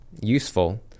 useful